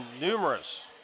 numerous